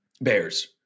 Bears